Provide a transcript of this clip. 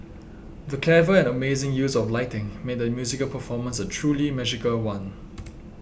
the clever and amazing use of lighting made the musical performance a truly magical one